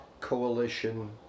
coalition